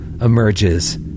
emerges